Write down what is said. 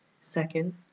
Second